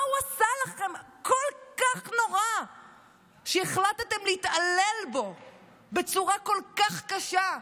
מה הוא עשה לכם כל כך נורא שהחלטתם להתעלל בו בצורה כל כך קשה,